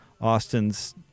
Austin's